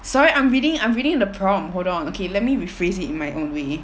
sorry I'm reading I'm reading the prompt hold on okay let me rephrase it in my own way